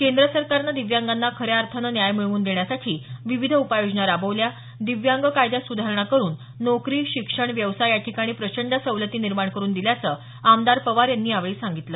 केंद्र सरकारनं दिव्यांगांना खऱ्या अर्थाने न्याय मिळवून देण्यासाठी विविध योजना राबवल्या दिव्यांग कायद्यात सुधारणा करून नौकरी शिक्षण व्यवसाय याठिकाणी प्रचंड सवलती निर्माण करुन दिल्याचं आमदार पवार यांनी यावेळी सांगितलं